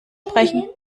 sprechen